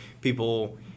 people